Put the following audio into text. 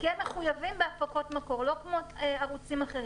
כי הם מחויבים בהפקות מקור, לא כמו ערוצים אחרים.